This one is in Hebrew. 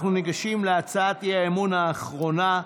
אנחנו ניגשים להצעת האי-אמון האחרונה,